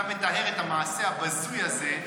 אתה מטהר את המעשה הבזוי הזה,